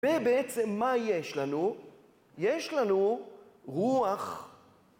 ובעצם מה יש לנו? יש לנו רוח